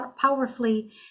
powerfully